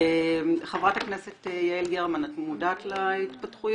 חברת הכנת יעל גרמן, את מודעת להתפתחויות?